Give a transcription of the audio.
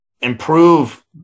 improve